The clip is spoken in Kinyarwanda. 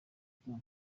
stars